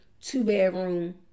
two-bedroom